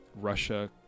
Russia